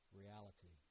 reality